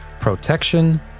Protection